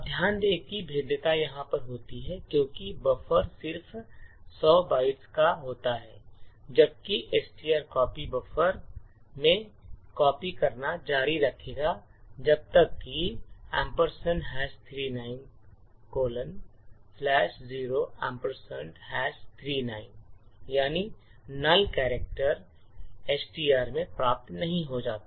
अब ध्यान दें कि भेद्यता यहाँ पर होती है क्योंकि बफर सिर्फ 100 बाइट्स का होता है जबकि strcpy बफर में कॉपी करना जारी रखेगा जब तक कि 39 039 यानी null कैरेक्टर एसटीआर में प्राप्त नहीं हो जाता